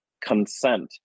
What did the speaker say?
consent